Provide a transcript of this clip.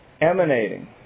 emanating